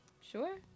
Sure